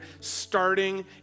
starting